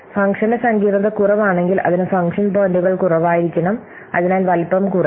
ഫംഗ്ഷന് സങ്കീർണ്ണത കുറവാണെങ്കിൽ അതിന് ഫംഗ്ഷൻ പോയിന്റുകൾ കുറവായിരിക്കണം അതിനാൽ വലുപ്പം കുറയും